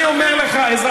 תגיד: אני רוצה אותם אזרחים.